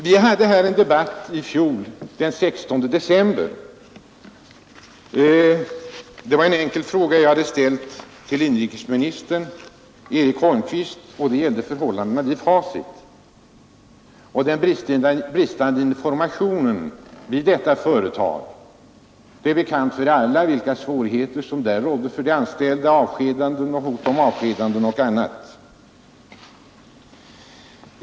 Vi förde i denna kammare en debatt den 16 december i fjol. Jag hade ställt en enkel fråga till inrikesminister Holmqvist, och den gällde förhållandena vid Facit och den bristande informationen vid detta företag. Det är bekant för alla i denna kammare vilka svårigheter som där rådde för de anställda: avskedanden, hot om avskedanden och annat.